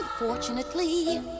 unfortunately